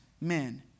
men